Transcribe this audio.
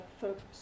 focus